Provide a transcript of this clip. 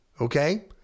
Okay